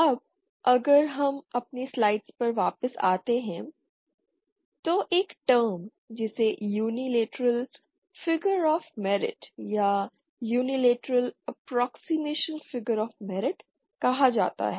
अब अगर हम अपनी स्लाइड्स पर वापस आते हैं तो एक टर्म जिसे यूनीलेटरल फिगर ऑफ मेरिट या unilateral approximation figure of merit कहा जाता है